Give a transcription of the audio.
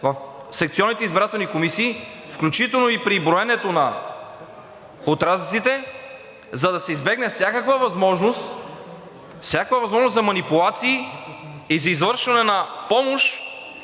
в секционните избирателни комисии, включително и при броенето на отрязъците, за да се избегне всякаква възможност за манипулации и за извършване на помощ